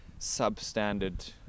substandard